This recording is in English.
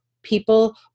People